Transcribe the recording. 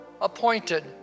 appointed